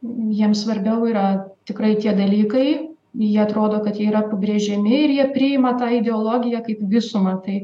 jiems svarbiau yra tikrai tie dalykai jie atrodo kad jie yra apibrėžiami ir jie priima tą ideologiją kaip visumą tai